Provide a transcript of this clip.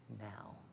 now